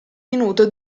minuto